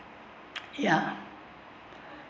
ya